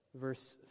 verse